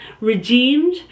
redeemed